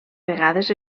vegades